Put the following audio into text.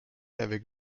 avec